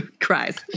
cries